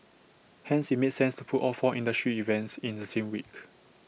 hence IT made sense to put all four industry events in the same week